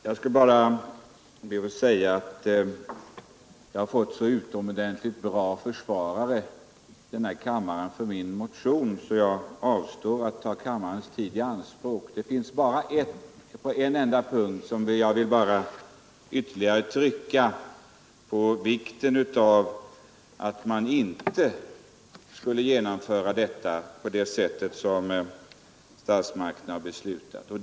Herr talman! Jag har i denna kammare fått så utomordentligt bra försvarare för min motion att jag skall avstå från att ta kammarens tid i anspråk i det fallet. Det är bara på en enda punkt som jag vill trycka ytterligare på vikten av att man inte genomför denna skatt på det sätt som föreslagits i propositionen.